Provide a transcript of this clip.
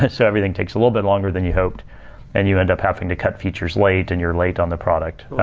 and so everything takes a little bit longer than you hoped and you end up having to cut features late and you're late on the product.